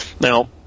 Now